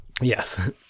Yes